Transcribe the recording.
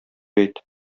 әйт